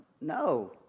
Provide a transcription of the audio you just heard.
No